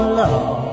love